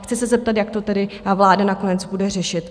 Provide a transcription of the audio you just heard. Chci se zeptat, jak to tedy vláda nakonec bude řešit.